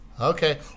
Okay